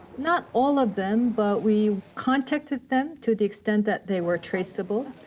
not all of them, but we contacted them to the extent that they were traceable,